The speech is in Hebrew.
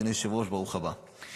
אדוני היושב-ראש, ברוך הבא.